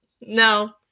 No